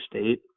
State